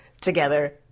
together